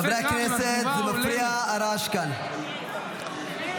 חברי הכנסת, הרעש כאן מפריע.